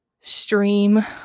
stream